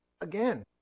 again